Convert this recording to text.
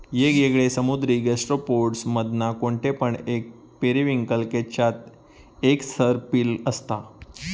येगयेगळे समुद्री गैस्ट्रोपोड्स मधना कोणते पण एक पेरिविंकल केच्यात एक सर्पिल असता